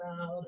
out